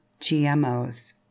GMOs